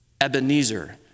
Ebenezer